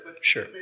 Sure